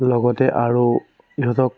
লগতে আৰু ইহঁতক